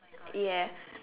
yes